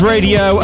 Radio